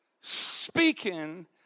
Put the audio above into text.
speaking